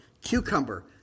cucumber